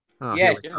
Yes